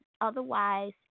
otherwise